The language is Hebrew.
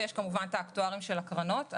ויש כמובן את האקטוארים של הקרנות.